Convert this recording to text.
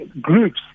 groups